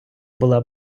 була